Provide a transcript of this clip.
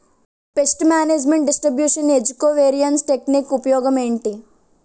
paste management distribution ఏజ్జి కో వేరియన్స్ టెక్ నిక్ ఉపయోగం ఏంటి